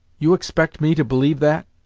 you expect me to believe that?